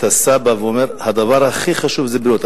הסבא אומר: הדבר הכי חשוב זה בריאות.